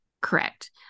correct